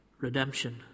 redemption